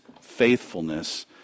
faithfulness